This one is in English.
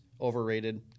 overrated